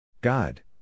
God